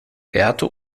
werte